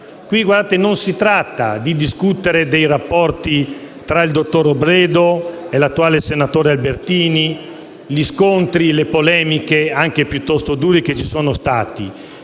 Non si tratta di discutere dei rapporti tra il dottor Robledo e l'attuale senatore Albertini, degli scontri e delle polemiche, anche piuttosto dure, che ci sono state.